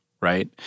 right